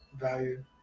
Value